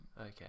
Okay